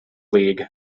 league